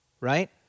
right